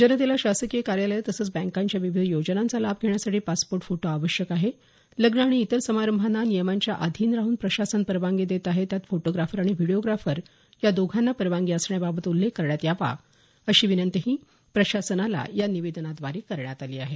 जनतेला शासकीय कार्यालयं तसंच बँकाच्या विविध योजनांचा लाभ घेण्यासाठी पासपोर्ट फोटो आवश्यक आहे लग्न आणि इतर समारंभांना नियमांच्या अधीन राहन प्रशासन परवानगी देत आहे त्यात फोटोग्राफर आणि व्हीडिओग्राफर या दोघांना परवानगी असण्याबतचा उल्लेख करण्यात यावा अशी विनंतीही प्रशासनाला या निवेदनाद्वारे करण्यात आली आहे